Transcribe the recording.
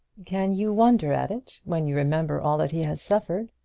can you wonder at it, when you remember all that he has suffered?